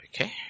Okay